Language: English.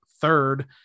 third